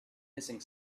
hissing